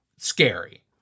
scary